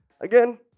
again